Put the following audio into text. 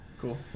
Cool